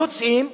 יוצאים,